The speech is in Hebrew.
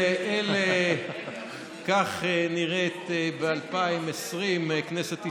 כך נראית ב-2020 כנסת ישראל.